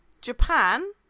japan